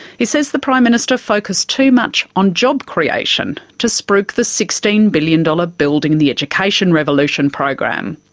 he says the prime minister focused too much on job creation to spruik the sixteen billion dollars building the education revolution program.